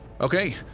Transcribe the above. Okay